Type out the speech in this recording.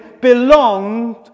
belonged